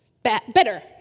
better